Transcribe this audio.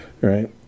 right